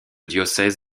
diocèse